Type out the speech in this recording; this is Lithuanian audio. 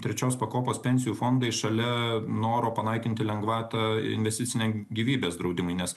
trečios pakopos pensijų fondai šalia noro panaikinti lengvatą investiciniam gyvybės draudimui nes